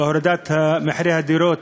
בהורדת מחירי הדירות,